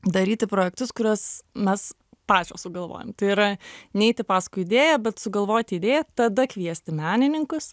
daryti projektus kuriuos mes pačios sugalvojom tai yra neiti paskui idėją bet sugalvoti idėją tada kviesti menininkus